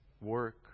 work